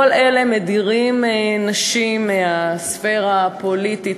כל אלה מדירים נשים מהספירה הפוליטית,